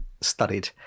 studied